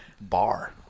bar